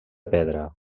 pedra